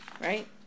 Right